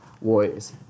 Warriors